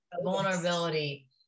vulnerability